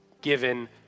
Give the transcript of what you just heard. given